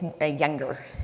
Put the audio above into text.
younger